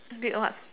did what